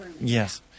Yes